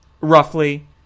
roughly